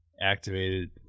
activated